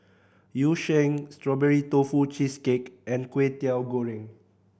Yu Sheng Strawberry Tofu Cheesecake and Kway Teow Goreng